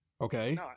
okay